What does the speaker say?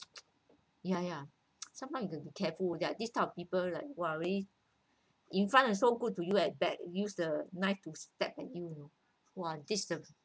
ya ya sometime you have to be careful with that this type of people like !wah! really in front and so good to you at back use the knife to stab at you you know !wah! this the